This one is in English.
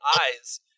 Eyes